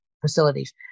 Facilities